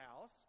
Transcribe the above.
House